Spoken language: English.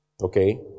Okay